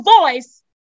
voice